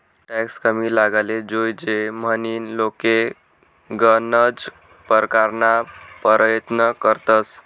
tax कमी लागाले जोयजे म्हनीन लोके गनज परकारना परयत्न करतंस